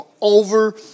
over